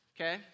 okay